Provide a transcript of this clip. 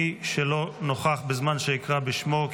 מי שלא נוכח בזמן שאקרא בשמו,